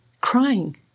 crying